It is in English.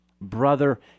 brother